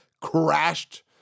crashed